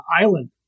island